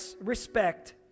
respect